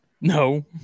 No